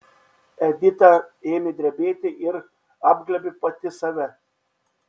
edita ėmė drebėti ir apglėbė pati save